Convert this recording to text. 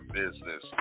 business